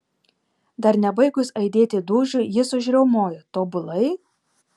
dar nebaigus aidėti dūžiui jis užriaumoja tobulai